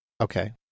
Okay